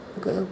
गो